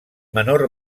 menor